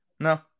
No